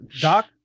doc